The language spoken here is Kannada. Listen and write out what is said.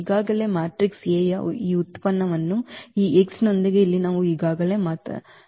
ಈ ಮ್ಯಾಟ್ರಿಕ್ಸ್ A ಯ ಈ ಉತ್ಪನ್ನವನ್ನು ಈ x ನೊಂದಿಗೆ ಇಲ್ಲಿ ನಾವು ಈಗಾಗಲೇ ಮಾತನಾಡಿದ್ದೇವೆ